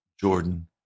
Jordan